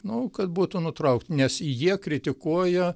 nu kad būtų nutraukt nes jie kritikuoja